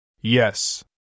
Yes